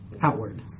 outward